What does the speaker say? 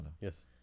Yes